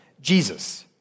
Jesus